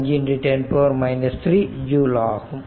510 3 joule ஆகும்